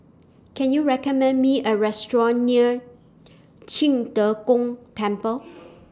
Can YOU recommend Me A Restaurant near Qing De Gong Temple